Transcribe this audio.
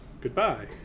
Goodbye